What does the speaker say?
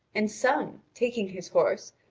and some, taking his horse,